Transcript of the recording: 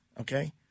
Okay